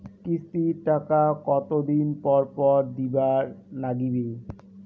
কিস্তির টাকা কতোদিন পর পর দিবার নাগিবে?